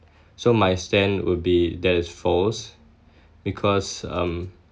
so my stand will be that is false because um